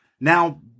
now